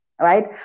right